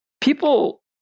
people